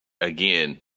again